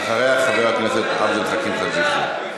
ואחריה, חבר הכנסת עבד אל חכים חאג' יחיא.